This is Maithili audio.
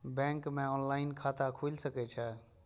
बैंक में ऑनलाईन खाता खुल सके छे?